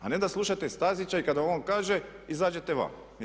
A ne da slušate Stazića i kada on kaže izađete van.